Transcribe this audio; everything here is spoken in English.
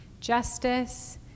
justice